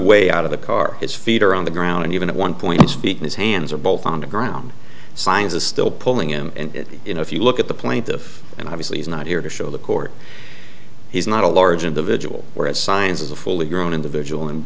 way out of the car his feet are on the ground and even at one point speaking his hands are both on the ground science is still pulling him and you know if you look at the plaintiff and obviously he's not here to show the court he's not a large individual or as signs of a fully grown individual